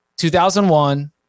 2001